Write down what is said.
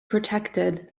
protected